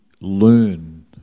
learn